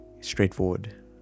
straightforward